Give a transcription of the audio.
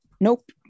Nope